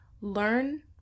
learn